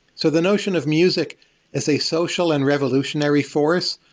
so the notion of music is a social and revolutionary force.